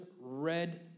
red